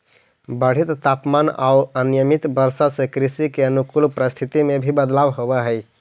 बढ़ित तापमान औउर अनियमित वर्षा से कृषि के अनुकूल परिस्थिति में भी बदलाव होवऽ हई